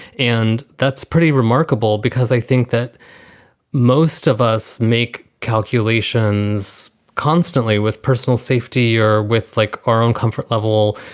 and that's pretty remarkable because i think that most of us make calculations constantly with personal safety or with like our own comfort level.